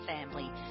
family